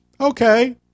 Okay